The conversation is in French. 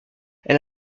elle